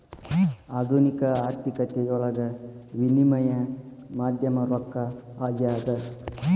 ಆಧುನಿಕ ಆರ್ಥಿಕತೆಯೊಳಗ ವಿನಿಮಯ ಮಾಧ್ಯಮ ರೊಕ್ಕ ಆಗ್ಯಾದ